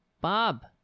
Bob